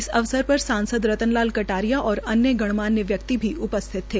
इस अवसर पर सांसद रतन लाल कटारिया और अन्य गणमान्य व्यक्ति भी उपस्थित थे